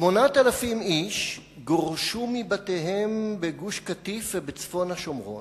8,000 איש גורשו מבתיהם בגוש-קטיף ובצפון השומרון,